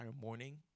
morning